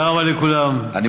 תודה רבה לכולם, אדוני היושב-ראש.